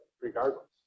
regardless